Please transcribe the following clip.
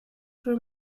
for